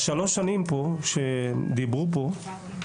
שלוש שנים עליהן דיברו כאן,